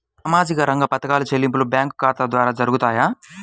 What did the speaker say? సామాజిక రంగ పథకాల చెల్లింపులు బ్యాంకు ఖాతా ద్వార జరుగుతాయా?